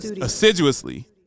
assiduously